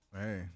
Hey